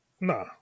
nah